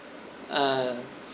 uh